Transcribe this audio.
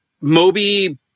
Moby